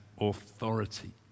authority